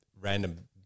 random